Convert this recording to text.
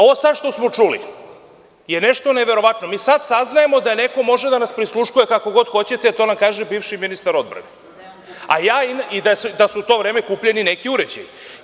Ovo sada što smo čuli je nešto neverovatno i sada saznajemo da neko može da nas prisluškuje kako god hoće i to nam kaže bivši ministar odbrane, kao i da su u to vreme kupljeni neki uređaji.